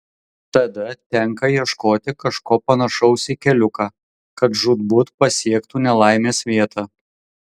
tada tenka ieškoti kažko panašaus į keliuką kad žūtbūt pasiektų nelaimės vietą